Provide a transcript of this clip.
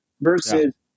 versus